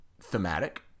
thematic